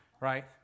right